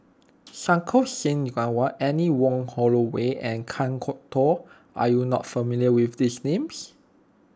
Santokh Singh Grewal Anne Wong Holloway and Kan Kwok Toh are you not familiar with these names